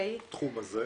בתחום הזה.